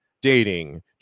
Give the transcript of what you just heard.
dating